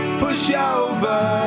pushover